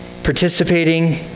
participating